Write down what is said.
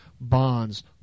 bonds